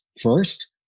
First